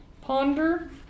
ponder